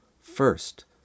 First